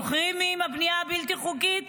זוכרים את הבנייה הבלתי חוקית?